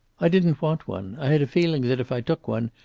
i didn't want one. i had a feeling that, if i took one,